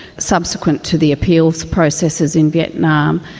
subsequent to the appeals processes in vietnam,